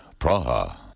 Praha. (